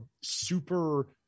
super